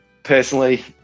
Personally